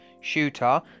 shooter